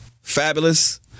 Fabulous